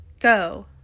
go